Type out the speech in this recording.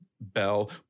Bell